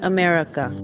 America